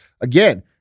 again